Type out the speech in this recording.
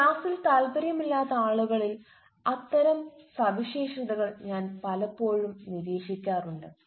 ക്ലാസ്സിൽ താൽപ്പര്യമില്ലാത്ത ആളുകളിൽ ഇത്തരം സവിശേഷതകൾ ഞാൻ പലപ്പോഴും നിരീക്ഷിക്കാറുണ്ട്